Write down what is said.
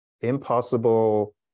impossible